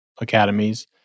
academies